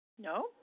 No